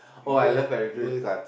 yes yes